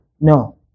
No